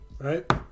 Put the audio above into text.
right